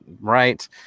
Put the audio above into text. right